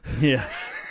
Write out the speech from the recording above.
Yes